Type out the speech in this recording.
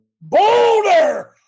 Boulder